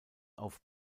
auf